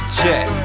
check